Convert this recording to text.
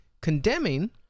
Condemning